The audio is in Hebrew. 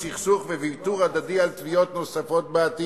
הסכסוך וויתור הדדי על תביעות נוספות בעתיד?"